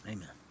Amen